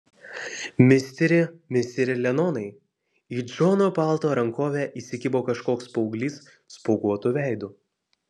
misteri misteri lenonai į džono palto rankovę įsikibo kažkoks paauglys spuoguotu veidu